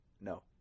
no